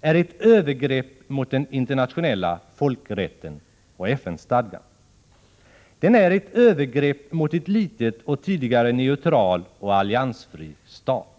är ett övergrepp mot den internationella folkrätten och FN-stadgan. Den är ett övergrepp mot en liten och tidigare neutral och alliansfri stat.